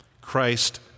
Christ